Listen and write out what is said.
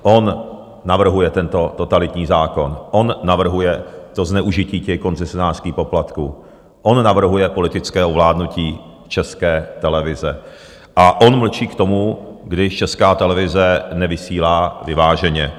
On navrhuje tento totalitní zákon, on navrhuje to zneužití koncesionářských poplatků, on navrhuje politické ovládnutí České televize a on mlčí k tomu, když Česká televize nevysílá vyváženě.